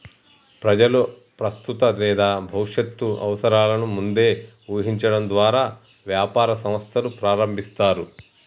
ప్రజలు ప్రస్తుత లేదా భవిష్యత్తు అవసరాలను ముందే ఊహించడం ద్వారా వ్యాపార సంస్థలు ప్రారంభిస్తారు